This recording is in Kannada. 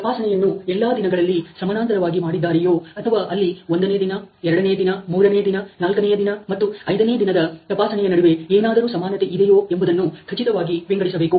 ತಪಾಸಣೆಯನ್ನು ಎಲ್ಲಾ ದಿನಗಳಲ್ಲಿ ಸಮಾನಾಂತರವಾಗಿ ಮಾಡಿದ್ದಾರೆಯೋ ಅಥವಾ ಅಲ್ಲಿ ಒಂದನೇ ದಿನ ಎರಡನೇ ದಿನ ಮೂರನೇ ದಿನ ನಾಲ್ಕನೆಯ ದಿನ ಮತ್ತು 5ನೇ ದಿನದ ತಪಾಸಣೆಯ ನಡುವೆ ಏನಾದರೂ ಸಮಾನತೆ ಇದೆಯೋ ಎಂಬುದನ್ನು ಖಚಿತವಾಗಿ ವಿಂಗಡಿಸಬೇಕು